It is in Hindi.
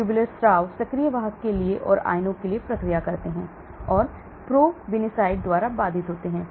ट्यूबलर स्राव सक्रिय वाहक के लिए और आयनों के लिए प्रक्रिया करते हैं और probenicid द्वारा बाधित होते हैं